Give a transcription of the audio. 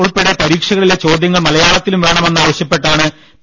ഉൾപെടെ പരീക്ഷകളിലെ ചോദ്യങ്ങൾ മല യാളത്തിലും വേണമെന്ന് ആവശ്യപ്പെട്ടാണ് പി